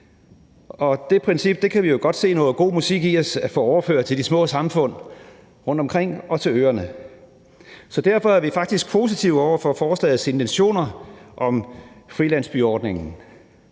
Det princip kan vi jo godt se noget god musik i at få overført til de små samfund rundtomkring og til øerne. Derfor er vi faktisk positive over for forslagets intentioner om frilandsbyordningen.